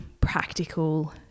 practical